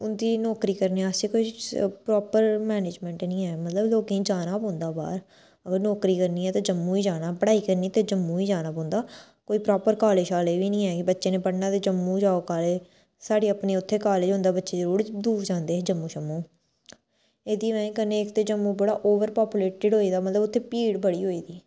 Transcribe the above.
उं'दी नौकरी करने आस्तै कोई प्रापर मैनेजमैंट नी ऐ मतलब लोगें ई जाना पौंदा बाह्र अगर नौकरी करनी ऐ ते जम्मू ही जाना पढ़ाई करनी ऐ तां जम्मू ही जाना पौंदा कोई प्रापर कालेज छालेज बी नी ऐ कि बच्चे ने पढ़ना तां जम्मू ही जाओ कालेज साढ़े अपने उत्थे कालेज होंदा बच्चे जरूर दूर जांदे हे जम्मू छम्मू एह्दी बजह कन्नै इक ते जम्मू बड़ा ओवर पापुलेटड होई गेदा मतलब उत्थें भीड़ बड़ी होई गेदी